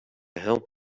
help